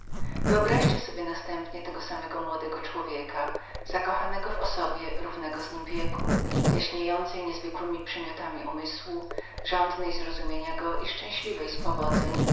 wyobraźcie sobie następnie tego samego młodego człowieka zakochanego w osobie równego z nim wieku jaśniejącej niezwykłemi przymiotami umysłu chciwej zrozumienia go i szczęśliwej